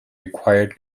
required